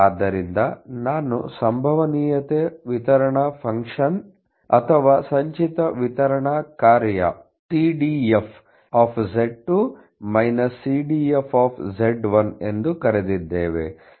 ಆದ್ದರಿಂದ ನಾನು ಸಂಭವನೀಯತೆ ವಿತರಣಾ ಫಂಕ್ಷನ್ ಅಥವಾ ಸಂಚಿತ ವಿತರಣಾ ಕಾರ್ಯ CDF CDF ಎಂದು ಕರೆದಿದ್ದೇವೆ